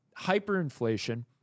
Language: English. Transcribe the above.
hyperinflation